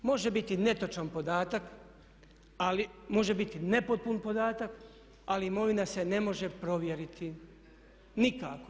Može biti netočan podatak, može biti nepotpun podatak, ali imovina se ne može provjeriti nikako.